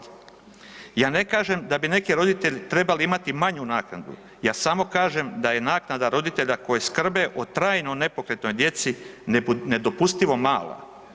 Ja ne kažem da bi neki roditelji trebali imati naknadu, ja samo kažem da je naknada roditelja koji skrbe o trajno nepokretnoj djeci nedopustivo mala.